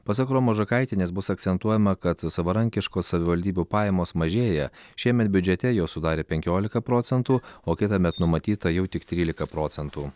pasak romos žakaitienės bus akcentuojama kad savarankiškos savivaldybių pajamos mažėja šiemet biudžete jos sudarė penkiolika procentų o kitąmet numatyta jau tik trylika procentų